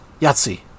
Yahtzee